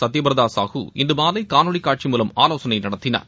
சத்தியபிரத சாகு இன்று மாலை காணொலி காட்சி மூலம் ஆலோசனை நடத்தினார்